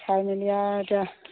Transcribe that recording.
চাই মেলি আৰু এতিয়া